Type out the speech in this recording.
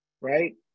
right